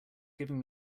giving